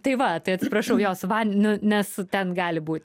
tai va tai atsiprašau jo su vandeniu nes ten gali būti